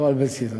הכול בסדר.